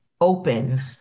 open